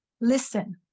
Listen